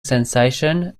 sensation